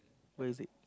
where is it